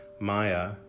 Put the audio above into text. Maya